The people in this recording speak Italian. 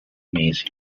mesi